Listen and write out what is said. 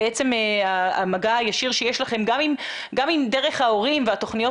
בעצם המגע הישיר שיש לכם גם אם דרך ההורים והתכניות